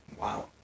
Wow